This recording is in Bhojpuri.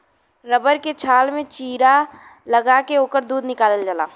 रबर के छाल में चीरा लगा के ओकर दूध निकालल जाला